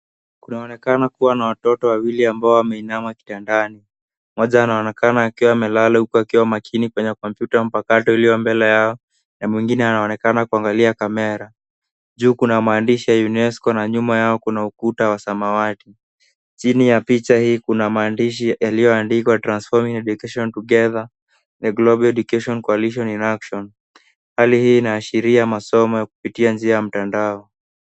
Kunaonekana kuwa na watoto wawili ambao wameinama kitandani. Mmoja anaonekana akiwa amelala huku akiwa makini kwenye kompyuta mpakato iliyo mbele yao na mwingine anaonekana kuangalia kamera. Juu kuna maandishi ya UNESCO na nyuma yao kuna ukuta wa samawati. Chini ya picha hii, kuna maandishi yaliyoandikwa, Transforming Education Together the Global Education Coalition in Action . Hali hii inaashiria masomo ya kupitia njia ya mtandao.